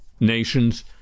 nations